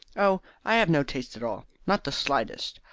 oh, i have no taste at all not the slightest.